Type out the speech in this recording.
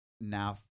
now